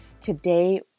Today